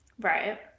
right